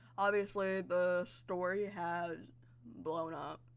obviously, the story has blown up.